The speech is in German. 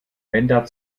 ändert